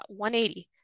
180